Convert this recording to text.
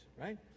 right